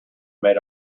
made